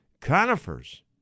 conifers